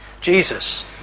Jesus